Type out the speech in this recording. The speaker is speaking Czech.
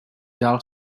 dál